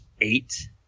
eight